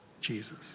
Jesus